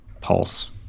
pulse